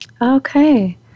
Okay